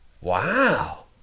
Wow